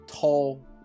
tall